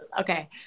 okay